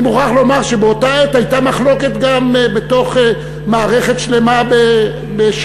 אני מוכרח לומר שבאותה עת הייתה מחלוקת גם בתוך מערכת שלמה בש"ס,